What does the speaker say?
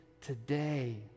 today